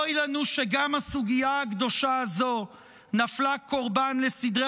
אוי לנו שגם הסוגיה הקדושה הזו נפלה קורבן לסדרי